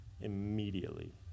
immediately